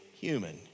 human